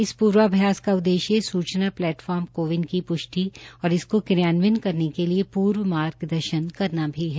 इस पूर्वाभ्यास का उद्देश्य सूचना प्लेटफार्म कोविन की प्रष्टि और इसको क्रियान्व्यन करने के लिए पूर्व मार्गदर्शन करना भी है